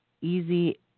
easy